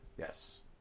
Yes